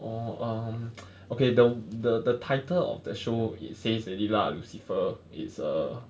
orh um okay the the the title of that show it says already lah lucifer it's a